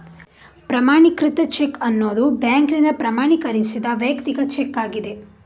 ಪ್ರಮಾಣೀಕೃತ ಚೆಕ್ ಅನ್ನುದು ಬ್ಯಾಂಕಿನಿಂದ ಪ್ರಮಾಣೀಕರಿಸಿದ ವೈಯಕ್ತಿಕ ಚೆಕ್ ಆಗಿದೆ